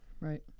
Right